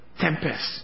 tempest